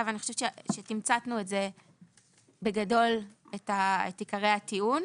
ואני חושבת שתמצתנו בגדול את עיקרי הטיעון,